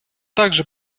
также